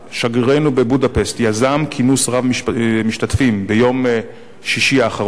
שגרירנו בבודפשט יזם כינוס רב-משתתפים ביום שישי האחרון,